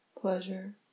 pleasure